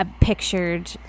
pictured